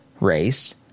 race